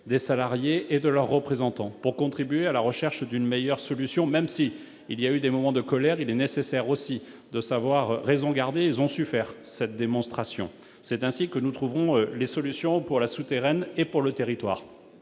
des salariés et de leurs représentants en vue de contribuer à la recherche d'une meilleure solution. Même s'il y a eu des moments de colère, il était nécessaire de raison garder ; ils ont en ont fait la démonstration. C'est ainsi que nous trouverons les solutions pour La Souterraine, ce territoire